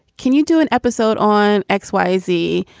can you do an episode on x, y, z?